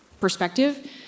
perspective